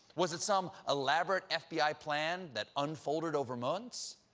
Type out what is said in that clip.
was it some elaborate f b i. plan that unfolded over months?